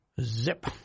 Zip